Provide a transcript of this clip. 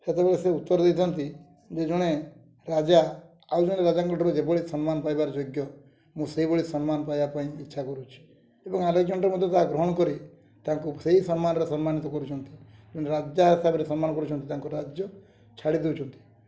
ସେତେବେଳେ ସେ ଉତ୍ତର ଦେଇଥାନ୍ତି ଯେ ଜଣେ ରାଜା ଆଉ ଜଣେ ରାଜାଙ୍କଠାରୁ ଯେଭଳି ସମ୍ମାନ ପାଇବାର ଯୋଗ୍ୟ ମୁଁ ସେଇଭଳି ସମ୍ମାନ ପାଇବା ପାଇଁ ଇଚ୍ଛା କରୁଛି ଏବଂ ଆଲେକ୍ସଜାଣ୍ଡାର ମଧ୍ୟ ତାହା ଗ୍ରହଣ କରି ତାଙ୍କୁ ସେଇ ସମ୍ମାନର ସମ୍ମାନିତ କରୁଛନ୍ତି ରାଜା ହିସାବରେ ସମ୍ମାନ କରୁଛନ୍ତି ତାଙ୍କୁ ରାଜ୍ୟ ଛାଡ଼ି ଦଉଛନ୍ତି